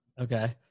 Okay